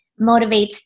motivates